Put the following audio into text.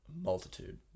Multitude